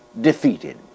defeated